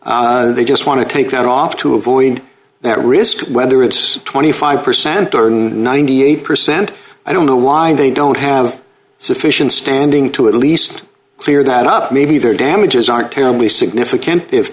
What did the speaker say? they just want to take that off to avoid that risk whether it's twenty five percent or ninety eight percent i don't know why they don't have sufficient standing to at least clear that up maybe their damages aren't terribly significant if